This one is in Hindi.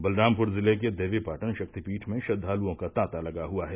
बलरामपुर जिले के देवीपाटन शक्तिपीठ में श्रद्वालुओं का तांता लगा हुआ है